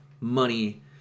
money